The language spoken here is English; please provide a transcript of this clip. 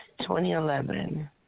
2011